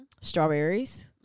strawberries